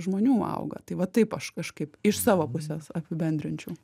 žmonių auga tai va taip aš kažkaip iš savo pusės apibendrinčiau